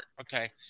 okay